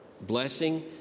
blessing